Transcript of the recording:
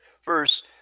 First